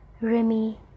Remy